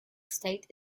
state